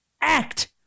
Act